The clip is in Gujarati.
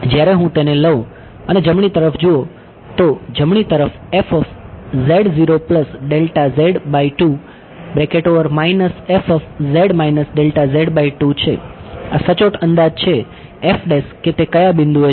જ્યારે હું તેને લઉં અને જમણી તરફ જુઓ તો જમણી તરફ છે આ સચોટ અંદાજ છે કે તે કયા બિંદુએ છે